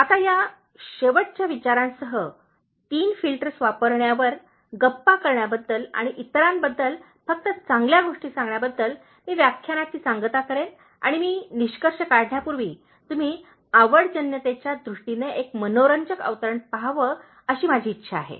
आता या शेवटच्या विचारांसह तीन फिल्टर्स वापरण्यावर गप्पा करण्याबद्दल आणि इतरांबद्दल फक्त चांगल्या गोष्टी सांगण्याबद्दल मी व्याख्यानाची सांगता करेन आणि मी निष्कर्ष काढण्यापूर्वी तुम्ही आवडजन्यतेच्या दृष्टीने एक मनोरंजक अवतरण पहावे अशी माझी इच्छा आहे